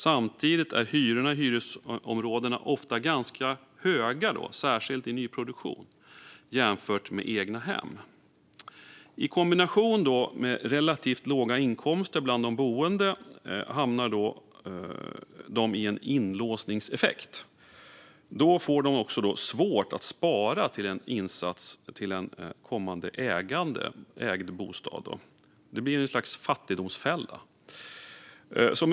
Samtidigt är hyrorna i hyresområdena ofta ganska höga, särskilt i nyproduktion, jämfört med egnahem. I kombination med relativt låga inkomster gör detta att de boende hamnar i en inlåsningseffekt då de får svårt att spara till en insats till en kommande ägd bostad. Det blir ett slags fattigdomsfälla.